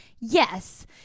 Yes